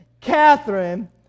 Catherine